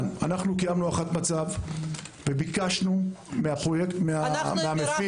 אנחנו קיימנו הערכת מצב וביקשנו מן המפיק